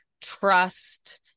trust